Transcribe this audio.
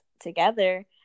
together